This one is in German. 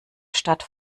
statt